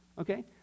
Okay